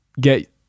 get